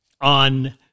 On